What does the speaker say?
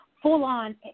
full-on